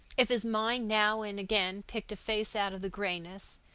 if his mind now and again picked a face out of the grayness,